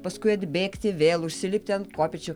paskui atbėgti vėl užsilipti ant kopėčių